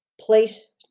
Place